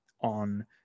on